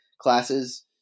classes